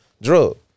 drug